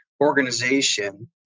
organization